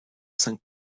cinq